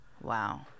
Wow